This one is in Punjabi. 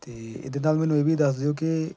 ਅਤੇ ਇਹਦੇ ਨਾਲ ਮੈਨੂੰ ਇਹ ਵੀ ਦੱਸ ਦਿਓ ਕਿ